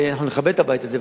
אנחנו נכבד את הבית הזה,